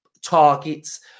targets